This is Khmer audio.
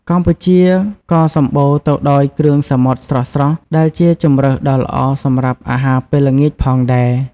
កម្ពុជាក៏សម្បូរទៅដោយគ្រឿងសមុទ្រស្រស់ៗ ដែលជាជម្រើសដ៏ល្អសម្រាប់អាហារពេលល្ងាចផងដែរ ។